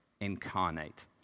incarnate